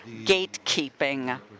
gatekeeping